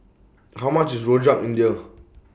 How much IS Rojak India